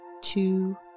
two